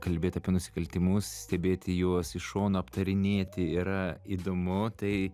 kalbėt apie nusikaltimus stebėti juos iš šono aptarinėti yra įdomu tai